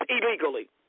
illegally